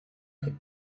had